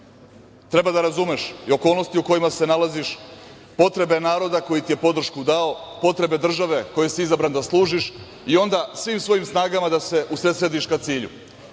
da razumeš i okolnosti u kojima se nalaziš, potrebe naroda koji ti je podršku dao, potrebe države koje si izabran da služiš i onda svim svojim snagama da se usredsrediš ka cilju.